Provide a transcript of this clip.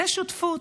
זו שותפות.